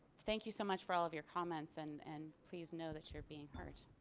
thank you so much for all of your comments and and please know that you're being heard.